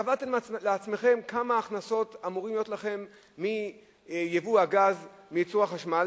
קבעתם כמה הכנסות אמורות להיות לכם מיבוא הגז לייצור החשמל,